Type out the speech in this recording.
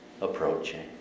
approaching